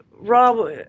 rob